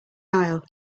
aisle